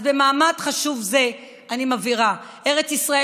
אז במעמד חשוב זה אני מבהירה: ארץ ישראל